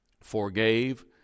forgave